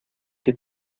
que